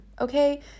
okay